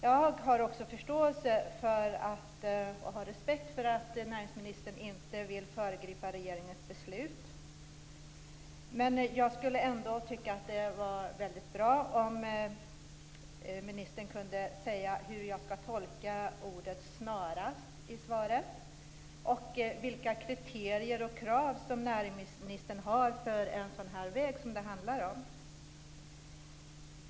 Jag har förståelse och respekt för att näringsministern inte vill föregripa regeringens beslut. Men jag skulle ändå tycka att det vore väldigt bra om ministern kunde säga hur jag skall tolka ordet "snarast" i svaret och vilka kriterier och krav han har för en sådan väg som det här handlar om.